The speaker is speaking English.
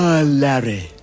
Larry